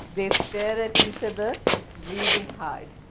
they stare at each other reading hard.